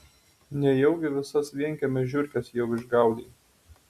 nejaugi visas vienkiemio žiurkes jau išgaudei